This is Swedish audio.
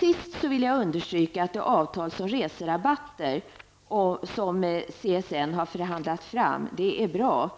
Jag vill understryka att det avtal om reserabatter som CSN har förhandlat fram är bra.